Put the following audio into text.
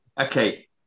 okay